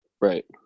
right